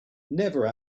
never